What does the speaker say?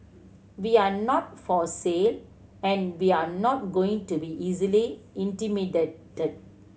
we're not for sale and we're not going to be easily intimidated